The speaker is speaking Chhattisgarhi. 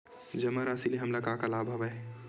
जमा राशि ले हमला का का लाभ हवय?